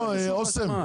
לא, אוסם?